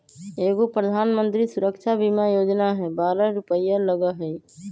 एगो प्रधानमंत्री सुरक्षा बीमा योजना है बारह रु लगहई?